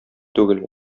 түгел